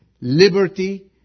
liberty